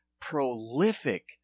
prolific